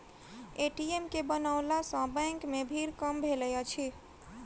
ATM के बनओला सॅ बैंक मे भीड़ कम भेलै अछि